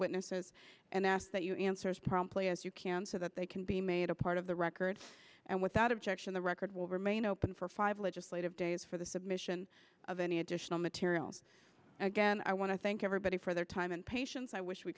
witnesses and ask that you answer as promptly as you can so that they can be made a part of the record and without objection the record will remain open for five legislative days for the submission of any additional materials again i want to thank everybody for their time and patience i wish we